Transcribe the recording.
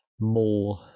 more